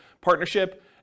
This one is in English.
partnership